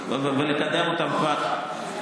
ולקדם אותן כבר,